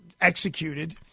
executed